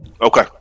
Okay